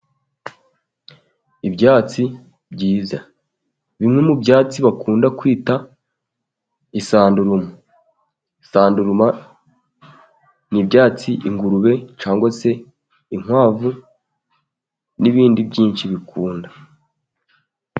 Ibyatsi byiza, bimwe mu byatsi bakunda kwita isanduruma. Isanduruma n'ibyatsi ingurube cyangwa se inkwavu n'ibindi byinshi bikunda.